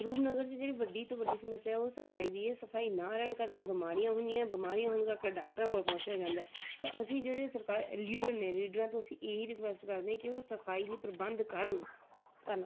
ਰੂਪਨਗਰ ਦੀ ਜਿਹੜੀ ਵੱਡੀ ਤੋਂ ਵੱਡੀ ਸਮੱਸਿਆ ਉਹ ਸਫਾਈ ਦੀ ਆ ਸਫਾਈ ਨਾ ਰਹਿਣ ਕਰਕੇ ਬਿਮਾਰੀਆਂ ਹੁੰਦੀਆਂ ਬਿਮਾਰੀਆਂ ਹੋਣ ਕਰਕੇ ਡਾਕਟਰਾਂ ਕੋਲ ਪਹੁੰਚਿਆ ਜਾਂਦਾ ਤਾਂ ਅਸੀਂ ਜਿਹੜੇ ਸਰਕਾ ਲੀਡਰ ਨੇ ਲੀਡਰਾਂ ਤੋਂ ਅਸੀਂ ਇਹੀ ਰਿਕੁਏਸਟ ਕਰਦੇ ਹਾਂ ਕਿ ਉਹ ਸਫਾਈ ਲਈ ਪ੍ਰਬੰਧ ਕਰਨ ਧੰਨ